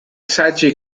saggi